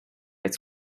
its